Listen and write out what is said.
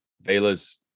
Vela's